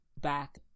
back